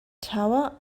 tower